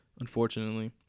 unfortunately